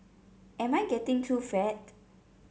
am I getting too fat